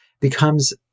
becomes